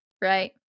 right